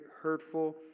hurtful